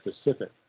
specific